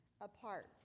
apart